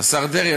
השר דרעי,